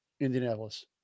Indianapolis